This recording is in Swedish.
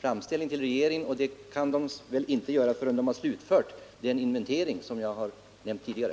framställning till regeringen, och en sådan kan man inte göra förrän man slutfört den inventering jag har nämnt tidigare.